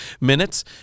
minutes